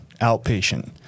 outpatient